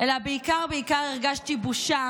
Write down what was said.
אלא בעיקר בעיקר הרגשתי בושה